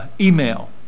email